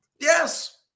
Yes